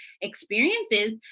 experiences